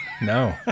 no